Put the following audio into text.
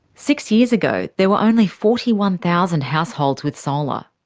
six years ago there were only forty one thousand households with solar.